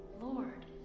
Lord